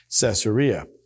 Caesarea